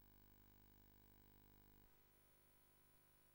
כל הדברים האלה,